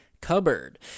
Cupboard